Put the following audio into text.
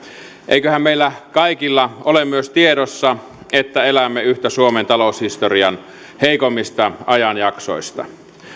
eiköhän meillä kaikilla ole myös tiedossa että elämme yhtä suomen taloushistorian heikoimmista ajanjaksoista